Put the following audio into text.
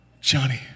Johnny